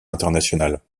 internationales